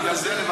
ובגלל זה,